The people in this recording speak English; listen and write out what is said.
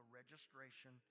registration